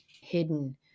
hidden